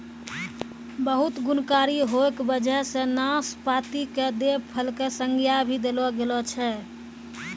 बहुत गुणकारी होय के वजह सॅ नाशपाती कॅ देव फल के संज्ञा भी देलो गेलो छै